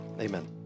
Amen